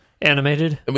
animated